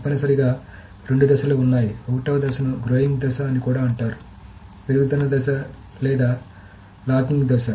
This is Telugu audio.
తప్పనిసరిగా రెండు దశలు ఉన్నాయి1 వ దశ ను గ్రోయింగ్ దశ అని కూడా అంటారు పెరుగుతున్న లేదా లాకింగ్ దశ